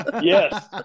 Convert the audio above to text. yes